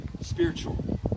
spiritual